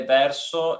verso